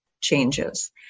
changes